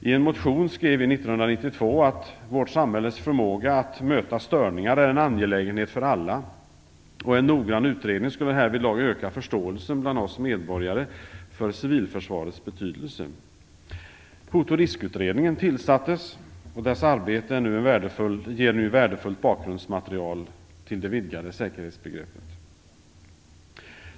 I en motion skrev vi 1992 att "vårt samhälles förmåga att möta störningar är en angelägenhet för alla, och en noggrann utredning skulle härvidlag öka förståelsen bland oss medborgare för civilförsvarets betydelse". Hot och riskutredningen tillsattes, och dess arbete ger nu ett värdefullt bakgrundsmaterial till det vidgade säkerhetsbegreppet.